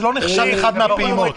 זה לא נחשב אחת מהפעימות.